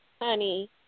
honey